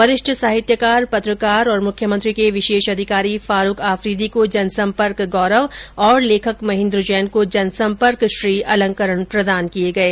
वरिष्ठ साहित्यकार पत्रकार और मुख्यमंत्री के विशेष अधिकारी फारूक आफरीदी को जनसंपर्क गौरव और लेखक महेन्द्र जैन को जनसंपर्क श्री अलंकरण प्रदान किये गये